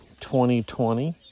2020